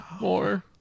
more